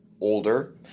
Older